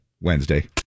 Wednesday